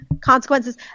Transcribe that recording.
consequences